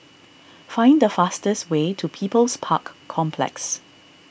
find the fastest way to People's Park Complex